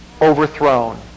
overthrown